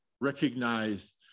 recognize